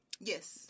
Yes